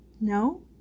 No